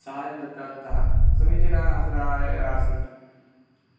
सहायं दत्तवन्तः समीचीनाः असुराः एव आसन्